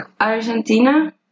Argentina